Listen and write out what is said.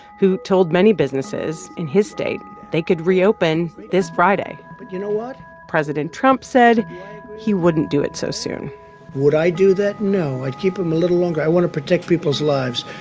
who told many businesses in his state they could reopen this friday but you know what? president trump said he wouldn't do it so soon would i do that? no. i'd keep them a little longer. i want to protect people's lives.